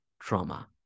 trauma